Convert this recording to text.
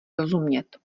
rozumět